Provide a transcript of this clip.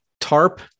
tarp